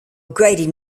grady